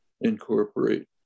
incorporate